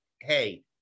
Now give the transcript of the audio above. hey